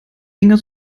dinger